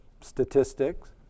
statistics